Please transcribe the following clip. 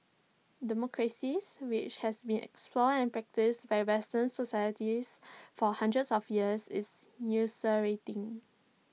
democracy which has been explored and practised by western societies for hundreds of years is ulcerating